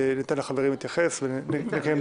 ניתן לחברים להתייחס ונקיים דיון.